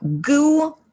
goo